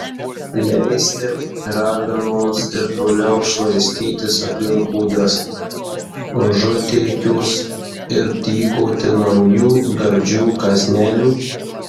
leisti raganoms ir toliau šlaistytis aplink kūdras užutėkius ir tykoti naujų gardžių kąsnelių